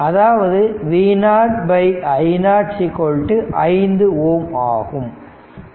அதாவதுV0 i0 5Ω ஆகும்